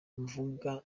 mvuga